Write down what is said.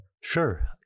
Sure